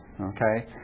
okay